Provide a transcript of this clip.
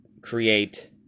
create